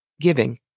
giving